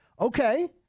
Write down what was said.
Okay